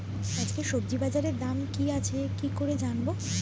আজকে সবজি বাজারে দাম কি আছে কি করে জানবো?